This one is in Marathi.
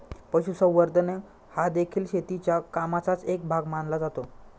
पशुसंवर्धन हादेखील शेतीच्या कामाचाच एक भाग मानला जातो